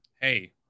Hey